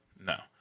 No